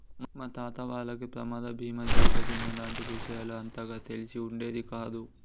మా తాత వాళ్లకి ప్రమాద బీమా జీవిత బీమా లాంటి విషయాలు అంతగా తెలిసి ఉండేది కాదు